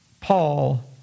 Paul